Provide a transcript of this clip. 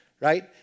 right